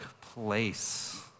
place